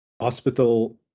hospital